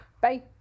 Bye